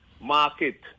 market